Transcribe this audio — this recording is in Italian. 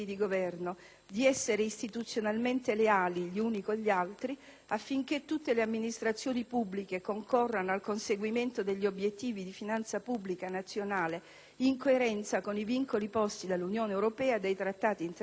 di essere istituzionalmente leali gli uni con gli altri, affinché tutte le amministrazioni pubbliche concorrano al conseguimento degli obiettivi di finanza pubblica nazionale in coerenza con i vincoli posti dall'Unione europea e dai Trattati internazionali,